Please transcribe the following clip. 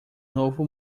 novo